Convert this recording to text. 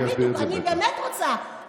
והוא בטח יסביר את זה.